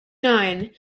nine